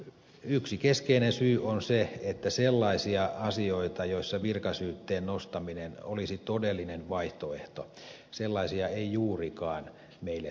yksi keskeinen syy on se että sellaisia asioita joissa virkasyytteen nostaminen olisi todellinen vaihtoehto ei juurikaan meille tule